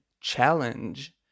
challenge